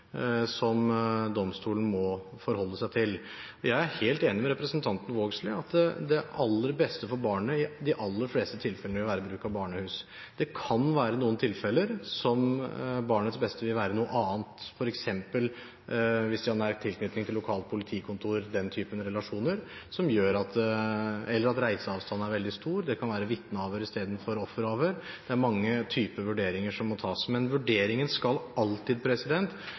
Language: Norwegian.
som domstolen må forholde seg til. Jeg er helt enig med representanten Vågslid i at det aller beste for barnet i de aller fleste tilfellene vil være bruk av barnehus. Det kan være noen tilfeller der barnets beste vil være noe annet, f.eks. hvis de har nær tilknytning til det lokale politikontoret – den typen relasjoner – eller at reiseavstanden er veldig stor. Det kan være vitneavhør istedenfor offeravhør. Det er mange typer vurderinger som må tas. Men vurderingen skal alltid